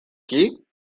qui